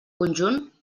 conjunt